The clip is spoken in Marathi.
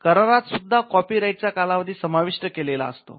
करारात सुद्धा कॉपी राईट चा कालावधी समाविष्ट केलेला असतो